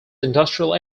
industrial